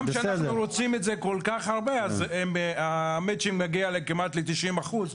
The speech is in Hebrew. גם שאנחנו רוצים את זה כל כך הרבה אז התיאום מגיע כמעט לתשעים אחוז,